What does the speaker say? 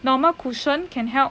normal cushion can help